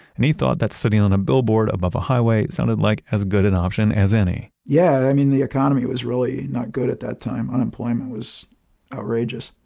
and he thought that sitting on a billboard above a highway sounded like as good an option as any yeah, i mean the economy was really not good at that time. unemployment was outrageous.